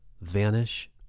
vanish